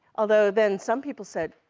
although, then some people said,